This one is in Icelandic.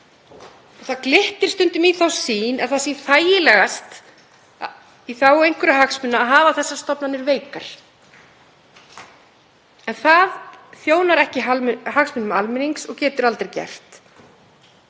Það glittir stundum í þá sýn að það sé þægilegast í þágu einhverra hagsmuna að hafa þessar stofnanir veikar. En það þjónar ekki hagsmunum almennings og getur aldrei gert.